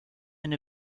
and